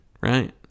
right